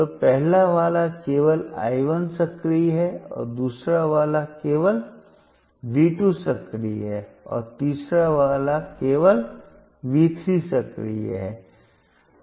तो पहला वाला केवल I 1 सक्रिय है और दूसरा केवल V 2 सक्रिय है और तीसरा केवल V 3 सक्रिय है